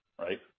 right